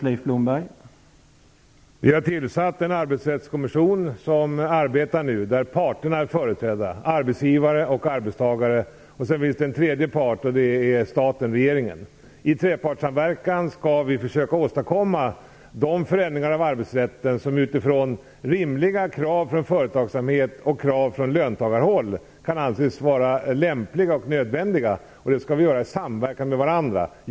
Herr talman! Vi har tillsatt en arbetsrättskommission, där parterna är företrädda, dvs. arbetsgivare och arbetstagare. Det finns också en tredje part, och det är staten, regeringen. I trepartssamverkan skall vi försöka åstadkomma de förändringar av arbetsrätten som, med beaktande av rimliga krav från företagsamhet och från löntagarhåll, kan anses vara lämpliga och nödvändiga. Det skall vi göra i samverkan med varandra.